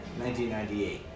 1998